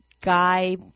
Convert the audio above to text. guy